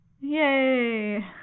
Yay